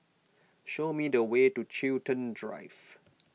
show me the way to Chiltern Drive